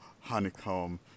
honeycomb